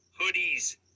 hoodies